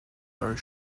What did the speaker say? are